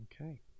Okay